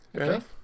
Okay